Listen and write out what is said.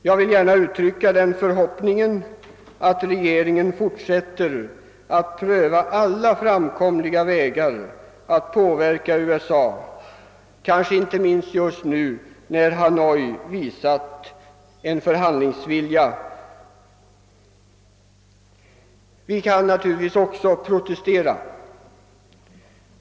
Jag vill gärna uttrycka den förhoppningen att regeringen fortsätter att pröva alla framkomliga vägar att påverka USA, kanske inte minst just nu, när Hanoi visat förhandlingsvilja. Vi kan givetvis också protestera.